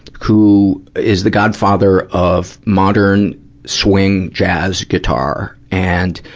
who is the godfather of modern swing jazz guitar. and,